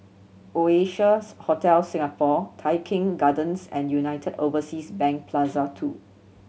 Oasia's Hotel Singapore Tai Keng Gardens and United Overseas Bank Plaza Two